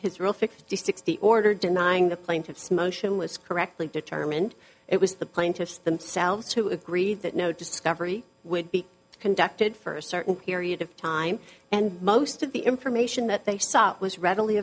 his rule fifty six the order denying the plaintiff's motion was correctly determined it was the plaintiffs themselves who agreed that no discovery would be conducted for certain period of time and most of the information that they sought was readily